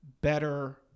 better